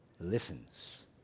Listens